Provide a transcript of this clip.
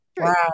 Wow